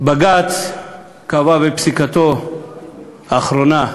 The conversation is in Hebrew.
בג"ץ קבע בפסיקתו האחרונה,